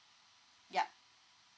yup